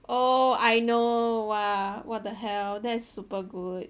oh I know !wah! what the hell that's super good